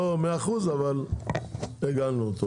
לא מאה אחוז, אבל עיגלנו אותו.